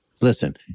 Listen